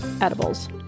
edibles